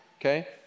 okay